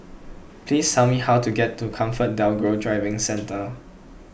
please tell me how to get to ComfortDelGro Driving Centre